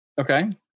okay